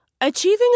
Achieving